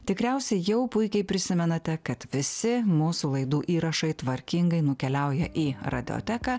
tikriausiai jau puikiai prisimenate kad visi mūsų laidų įrašai tvarkingai nukeliauja į radioteką